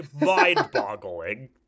mind-boggling